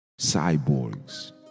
cyborgs